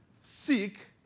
seek